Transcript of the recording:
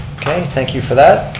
okay, thank you for that.